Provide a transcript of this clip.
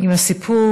עם הסיפור.